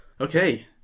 Okay